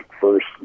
first